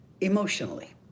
emotionally